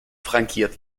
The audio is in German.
frankiert